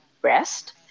breast